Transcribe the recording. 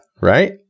right